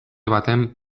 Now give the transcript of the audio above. baten